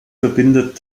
verbindet